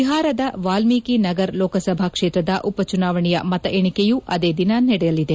ಬಿಹಾರದ ವಾಲ್ಟೀಕಿ ನಗರ್ ಲೋಕಸಭಾಕ್ಷೇತ್ರದ ಉಪಚುನಾವಣೆಯ ಮತ ಎಣಿಕೆಯೂ ಅದೇ ದಿನ ಜರುಗಲಿದೆ